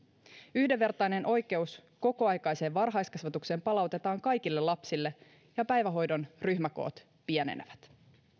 yhdenvertainen oikeus kokoaikaiseen varhaiskasvatukseen palautetaan kaikille lapsille ja päivähoidon ryhmäkoot pienenevät